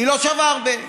היא לא שווה הרבה.